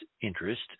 interest